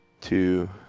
two